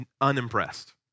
unimpressed